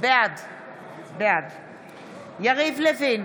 בעד יריב לוין,